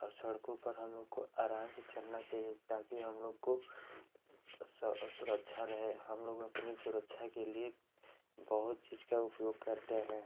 और सड़कों पर हम लोग को आराम से चलना चाहिए ताकि हम लोग को सुरक्षा रहे हम लोग अपनी सुरक्षा के लिए बहुत चीज़ का उपयोग करते हैं